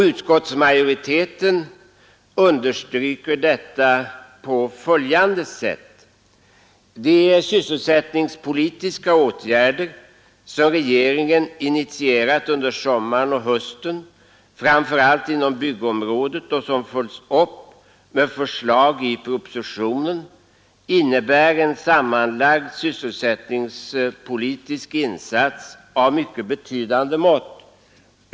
Utskottsmajoriteten understryker detta på följande sätt: ”De sysselsättningspolitiska åtgärder som regeringen initierat under sommaren och hösten, framför allt inom byggområdet, och som följs upp med förslag i propositionen innebär en sammanlagd sysselsättningspolitisk insats av mycket betydande mått.